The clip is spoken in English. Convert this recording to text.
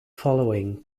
following